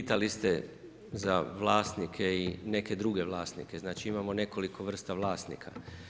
Pitali ste za vlasnike i neke druge vlasnike, znači imamo nekoliko vrsta vlasnika.